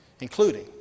Including